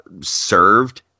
served